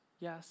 Yes